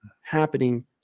happening